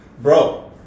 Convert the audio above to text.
Bro